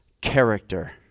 character